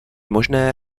možné